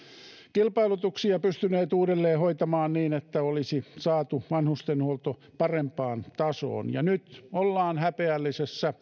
kilpailutuksia pystyneet uudelleen hoitamaan niin että olisi saatu vanhustenhuolto parempaan tasoon ja nyt ollaan häpeällisessä